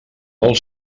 del